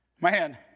man